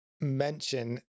mention